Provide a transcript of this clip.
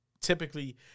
typically